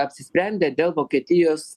apsisprendę dėl vokietijos